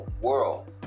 world